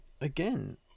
again